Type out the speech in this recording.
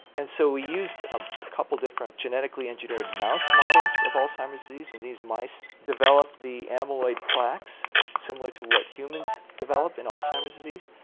and so we used a couple of different genetically engineered mouse models of alzheimer's disease and these mice developed the amyloid plaques similar to what humans develop in alzheimer's disease,